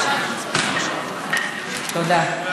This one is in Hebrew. תודה.